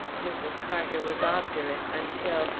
mrs. carter was obdurate until,